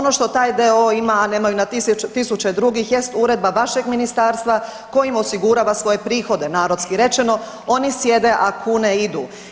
Ono što taj d.o.o. ima, a nema na tisuće drugih jest uredba vašeg Ministarstva kojim osigurava svoje prihode, narodski rečeno, oni sjede, a kune idu.